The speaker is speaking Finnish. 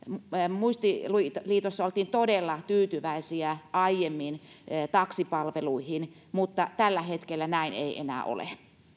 muistiliitossa oltiin todella tyytyväisiä aiemmin taksipalveluihin mutta tällä hetkellä näin ei enää ole